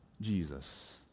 Jesus